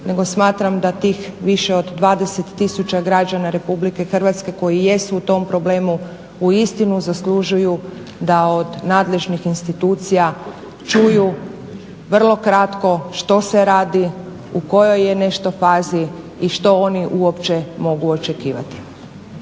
nego smatram da tih više od 20 tisuća građana RH koji jesu u tom problemu uistinu zaslužuju da od nadležnih institucija čuju vrlo kratko što se radi, u kojoj je nešto fazi i što oni uopće mogu očekivati.